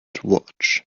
watch